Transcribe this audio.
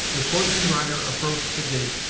as horse and rider approached the gate,